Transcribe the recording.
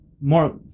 more